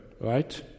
right